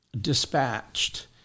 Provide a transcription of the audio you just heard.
dispatched